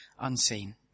unseen